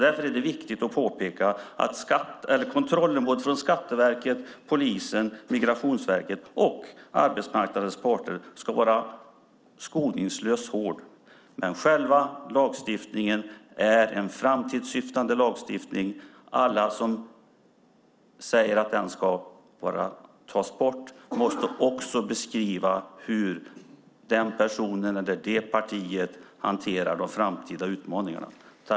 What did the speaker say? Det är viktigt att påpeka att kontrollen från Skatteverket, polisen, Migrationsverket och arbetsmarknadens parter ska vara skoningslös och hård. Men själva lagstiftningen är en framtidssyftande lagstiftning. Den som säger att den ska tas bort måste också beskriva hur den personen eller det partiet hanterar de framtida utmaningarna.